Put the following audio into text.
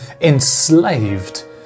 enslaved